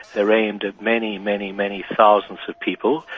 they are aimed at many, many many thousands of people,